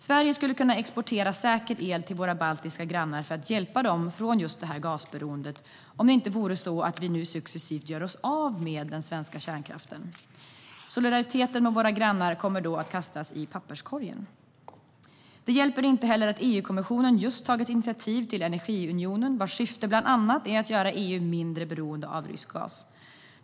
Sverige skulle kunna exportera säker el till våra baltiska grannar för att hjälpa dem från gasberoendet, om det inte vore så att vi nu successivt gör oss av med den svenska kärnkraften. Solidariteten med våra grannar kommer då att kastas i papperskorgen. Det hjälper inte heller att EU-kommissionen just har tagit initiativ till Energiunionen, vars syfte bland annat är att göra EU mindre beroende av rysk gas.